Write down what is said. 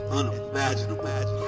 unimaginable